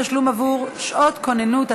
תשלום עבור שעות כוננות),